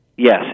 Yes